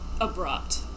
abrupt